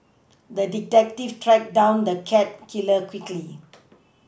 the detective tracked down the cat killer quickly